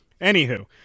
Anywho